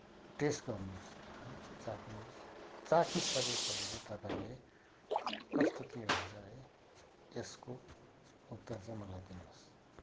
test गर्नुहोस् है चाख्नुहोस् चाखिसकेपछि चाहिँ तपाईँले कस्तो के हुन्छ है त्यसको उत्तर चाहिँ मलाई दिनुहोस्